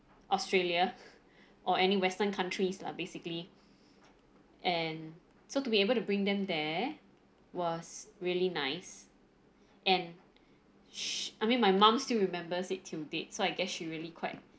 australia or any western countries lah basically and so to be able to bring them there was really nice and sh~ I mean my mum still remembers it till date so I guess she really quite